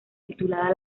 titulada